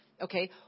Okay